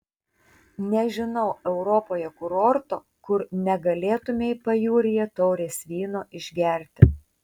nežinau europoje kurorto kur negalėtumei pajūryje taurės vyno išgerti